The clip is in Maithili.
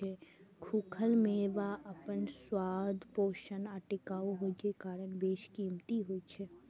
खूखल मेवा अपन स्वाद, पोषण आ टिकाउ होइ के कारण बेशकीमती होइ छै